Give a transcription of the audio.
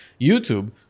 YouTube